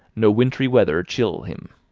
no wintry weather chill him.